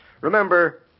Remember